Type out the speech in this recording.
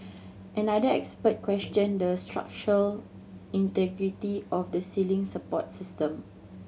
another expert questioned the structural integrity of the ceiling support system